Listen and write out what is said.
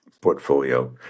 portfolio